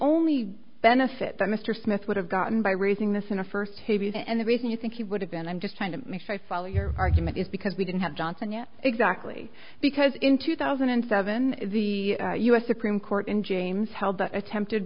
only benefit that mr smith would have gotten by raising this in a first tavia and the reason you think he would have been i'm just trying to make sure i follow your argument is because we didn't have johnson yet exactly because in two thousand and seven the us supreme court in james held that attempted